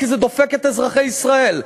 כי זה דופק את אזרחי ישראל.